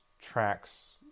tracks